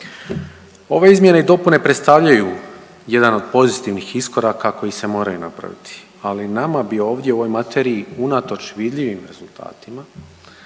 Ove izmjene i dopune predstavljaju jedan od pozitivnih iskoraka koji se moraju napraviti. Ali nama bi ovdje u ovoj materiji unatoč vidljivim rezultatima